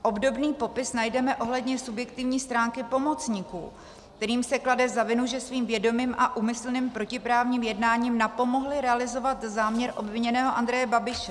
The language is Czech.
Obdobný popis najdeme ohledně subjektivní stránky pomocníků, kterým se klade na vinu, že svým vědomým a úmyslným protiprávním jednáním napomohli realizovat záměr obviněného Andreje Babiše.